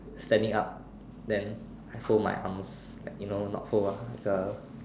standing up then I fold my arms you know not fold ah uh